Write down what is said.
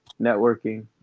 networking